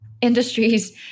industries